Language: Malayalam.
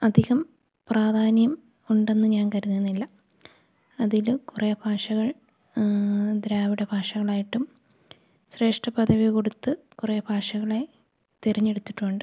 അധികം പ്രാധാന്യം ഉണ്ടെന്നു ഞാന് കരുതുന്നില്ല അതില് കുറേ ഭാഷകൾ ദ്രാവിഡ ഭാഷകളായിട്ടും ശ്രേഷ്ഠ പദവി കൊടുത്തു കുറേ ഭാഷകളെ തെരഞ്ഞെടുത്തിട്ടുണ്ട്